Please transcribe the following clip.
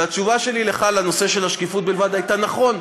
והתשובה שלי לך בנושא השקיפות בלבד הייתה: נכון,